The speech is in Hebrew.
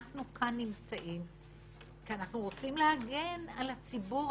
אנחנו כאן נמצאים כי אנחנו רוצים להגן על הציבור,